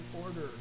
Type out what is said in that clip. order